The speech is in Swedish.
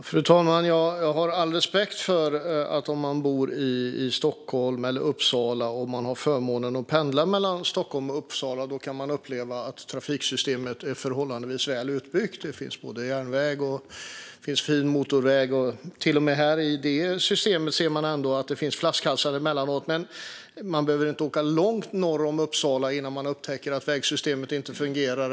Fru talman! Jag har all respekt för att man om man bor i Stockholm eller Uppsala och har förmånen att pendla mellan Stockholm och Uppsala kan uppleva att trafiksystemet är förhållandevis väl utbyggt. Det finns både järnväg och fin motorväg, men till och med i det systemet finns det flaskhalsar emellanåt. Och man behöver inte åka långt norr om Uppsala innan man upptäcker att vägsystemet inte fungerar.